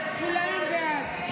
הסתייגות 140,